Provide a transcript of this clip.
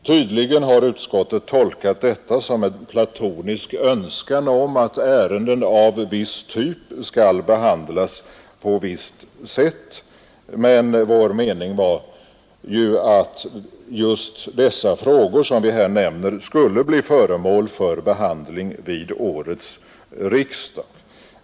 Tydligen har utskottet tolkat detta som en platonisk önskan att ärenden av viss typ skall behandlas på visst sätt. Men vår mening var att just de frågor vi här nämner skulle bli föremål för behandling vid årets riksdag.